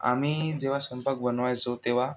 आम्ही जेव्हा स्वंपाक बनवायचो तेव्हा